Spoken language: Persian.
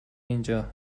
اینجا